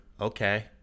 Okay